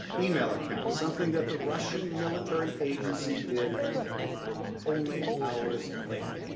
email account, something that the russian military agency did only hours later.